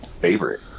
favorite